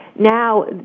Now